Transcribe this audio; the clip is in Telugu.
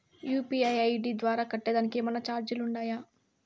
యు.పి.ఐ ఐ.డి ద్వారా కట్టేదానికి ఏమన్నా చార్జీలు ఉండాయా?